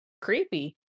creepy